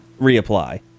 reapply